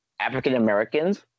African-Americans